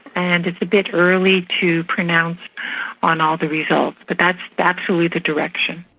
and it's a bit early to pronounce on all the results but that's that's really the direction.